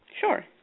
Sure